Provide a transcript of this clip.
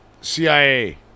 CIA